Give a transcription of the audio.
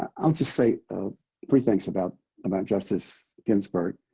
um i'll just say ah three things about about justice ginsburg.